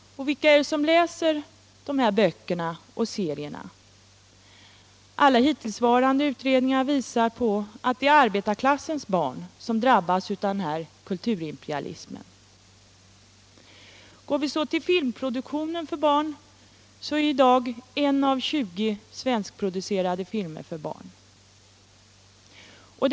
Vilka är det då som läser dessa böcker och serier? Alla hittills gjorda utredningar visar att det är arbetarklassens barn som drabbas av denna kulturimperialism. Går vi så till filmproduktionen finner vi att i dag 1 av 20 svenskproducerade filmer är en barnfilm.